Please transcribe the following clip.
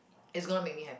is gonna make me happy